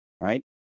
right